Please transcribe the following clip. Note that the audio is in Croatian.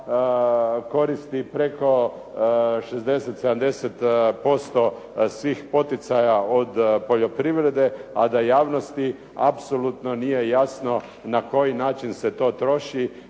koristi preko 60, 70% svih poticaja od poljoprivrede, a da javnosti apsolutno nije jasno na koji način se to troši,